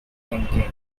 thinking